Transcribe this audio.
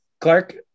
Clark